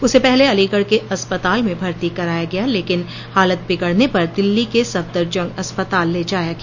उसे पहले अलीगढ़ के अस्पताल में भर्ती कराया गया लेकिन हालत बिगड़ने पर दिल्ली के सफदरजंग अस्पताल ले जाया गया